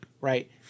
right